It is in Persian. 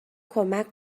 کمک